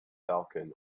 falcon